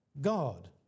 God